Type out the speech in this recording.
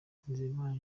nizeyimana